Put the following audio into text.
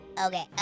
Okay